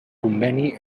conveni